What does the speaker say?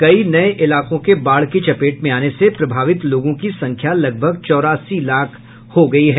कई नये इलाकों के बाढ़ की चपेट में आने से प्रभावित लोगों की संख्या लगभग चौरासी लाख हो गयी है